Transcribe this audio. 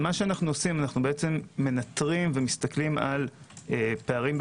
אנו מנטרים ומסתכלים על פערים בבריאות,